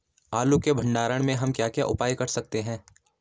आलू के भंडारण में हम क्या क्या उपाय कर सकते हैं?